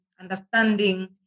understanding